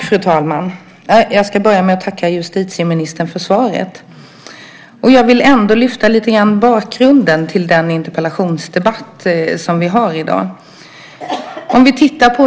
Fru talman! Jag ska börja med att tacka justitieministern för svaret. Jag vill lite grann lyfta upp bakgrunden till den interpellationsdebatt vi har i dag.